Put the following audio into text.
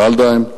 ולדהיים קורט,